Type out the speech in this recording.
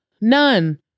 none